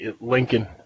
Lincoln